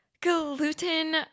gluten